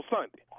Sunday